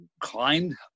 climbed